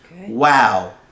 Wow